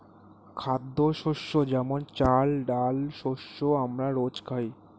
খাদ্যশস্য যেমন চাল, ডাল শস্য আমরা রোজ খাই